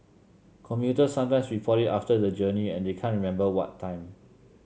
commuters sometime report it after the journey and they can't remember what time